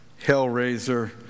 hellraiser